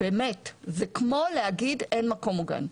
זה כמו להגיד אין מקום מוגן.